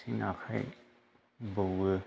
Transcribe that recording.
आथिं आखाय बौवो